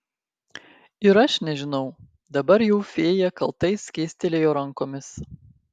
ir aš nežinau dabar jau fėja kaltai skėstelėjo rankomis